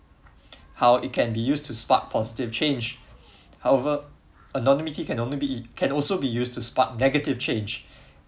how it can be used to spark for still changed however anonymity can only be e~ can also be use spark negative change